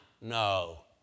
No